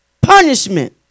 punishment